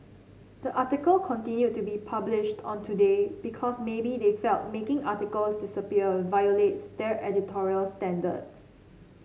the article continued to be published on today because maybe they felt making articles disappear violates their editorial standards